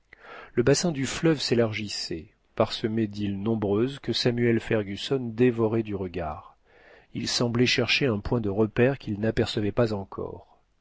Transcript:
le bassin du fleuve s'élargissait parsemé d'îles nombreuses que samuel fergusson dévorait du regard il semblait chercher un point de repère qu'il n'apercevait pas encore